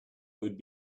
would